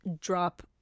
drop